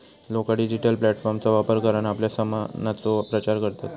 लोका डिजिटल प्लॅटफॉर्मचा वापर करान आपल्या सामानाचो प्रचार करतत